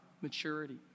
maturity